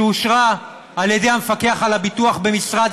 שאושרה על-ידי המפקח על הביטוח במשרד